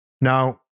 Now